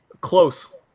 Close